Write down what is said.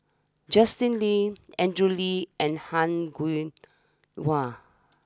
Justin Lean Andrew Lee and Han